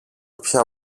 πια